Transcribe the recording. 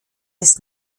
des